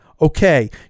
Okay